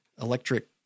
electric